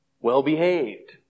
well-behaved